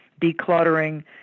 decluttering